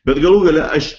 bet galų gale aš